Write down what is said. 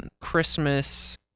Christmas